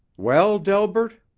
well, delbert?